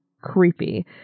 creepy